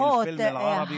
למחות.